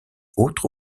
autres